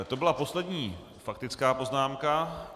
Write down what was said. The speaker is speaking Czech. To byla poslední faktická poznámka.